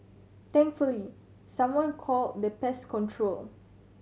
thankfully someone called the pest control